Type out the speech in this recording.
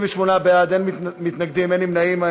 38 בעד, אין מתנגדים, אין נמנעים.